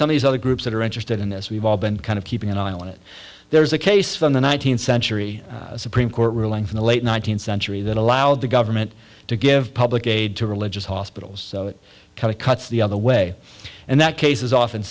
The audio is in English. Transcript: some of these other groups that are interested in this we've all been kind of keeping an eye on it there's a case from the nineteenth century supreme court ruling from the late nineteenth century that allowed the government to give public aid to religious hospitals so it kind of cuts the other way and that case is often